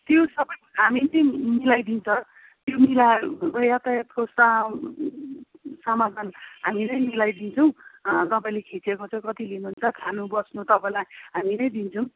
त्यो सबै हामीले मिलाइदिन्छ त्यो मिलाएर यातायातको सा समाधानहामीले मिलाइदिन्छौँ तपाईँले खिचेको चाहिँ कति लिनुहुन्छ खानु बस्नु तपाईँलाई हामी नै दिन्छौँ